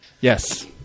Yes